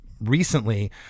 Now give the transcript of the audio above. recently